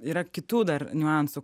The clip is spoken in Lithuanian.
yra kitų dar niuansų